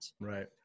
Right